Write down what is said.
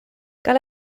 cal